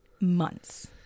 Months